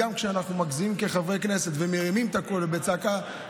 גם כשאנחנו מגזימים כחברי כנסת ומרימים את הקול בצעקה,